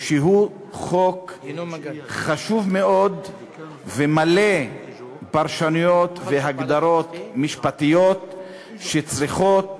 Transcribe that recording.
שהוא חוק חשוב מאוד ומלא פרשנויות והגדרות משפטיות שצריכות לימוד,